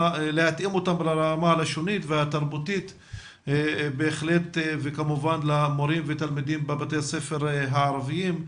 הלשונית והתרבותית וכמובן למורים ולתלמידים בבתי הספר הערביים,